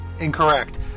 Incorrect